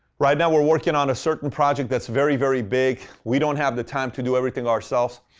right now we're working on a certain project that's very, very big. we don't have the time to do everything ourselves.